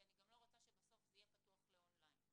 כי אני גם לא רוצה שבסוף זה יהיה פתוח ל on line.